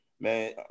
man